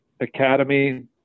Academy